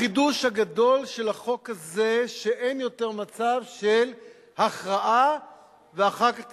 החידוש הגדול של החוק הזה הוא שאין יותר מצב של הכרעה ואחר כך תסתדרו.